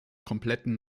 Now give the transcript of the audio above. kompletten